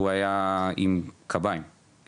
שהוא היה עם קביים.